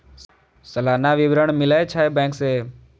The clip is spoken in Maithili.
सलाना विवरण मिलै छै बैंक से?